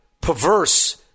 perverse